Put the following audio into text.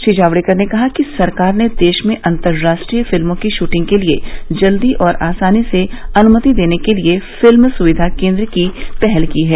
श्री जावडेकर ने कहा कि सरकार ने देश में अंतरराष्ट्रीय फिल्मों की शूटिंग के लिए जल्दी और आसानी से अनुमति देने के लिए फिल्म सुविधा केन्द्र की पहल की है